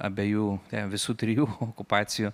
abejų visų trijų okupacijų